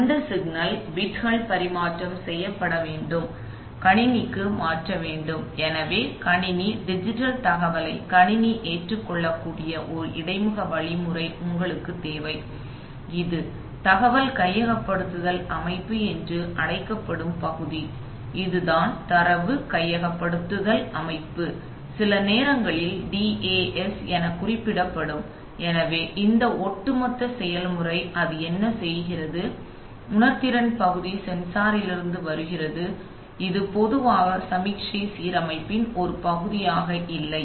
பின்னர் அந்த சிக்னல் அந்த பிட்கள் பரிமாற்றம் செய்யப்பட வேண்டும் கணினிக்கு மாற்றப்பட வேண்டும் எனவே கணினி டிஜிட்டல் தகவலை கணினி ஏற்றுக்கொள்ளக்கூடிய ஒரு இடைமுக வழிமுறை உங்களுக்குத் தேவை இது தகவல் கையகப்படுத்தல் அமைப்பு என்று அழைக்கப்படும் பகுதி இதுதான் தரவு கையகப்படுத்தல் அமைப்பு சில நேரங்களில் DAS எனக் குறிப்பிடப்படும் எனவே இந்த ஒட்டு மொத்த செயல்முறை அது என்ன செய்கிறது உணர்திறன் பகுதி சென்சாரிலிருந்து வருகிறது இது பொதுவாக சமிக்ஞை சீரமைப்பின் ஒரு பகுதியாக இல்லை